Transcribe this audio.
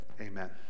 Amen